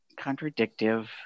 contradictive